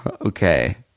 Okay